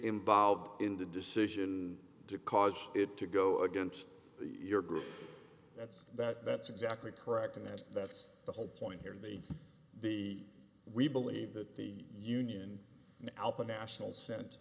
involved in the decision to cause it to go against your group that's that that's exactly correct in that that's the whole point here the the we believe that the union and alpa nationals sen